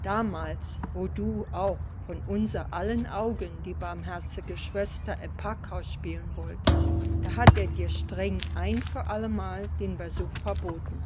damals wo du auch vor unser aller augen die barmherzige schwester im packhause spielen wolltest da hat er dir streng ein für allemal den besuch verboten